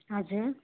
हजुर